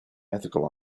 ethical